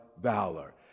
valor